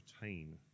retain